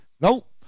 Nope